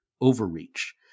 overreach